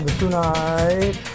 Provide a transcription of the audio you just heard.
tonight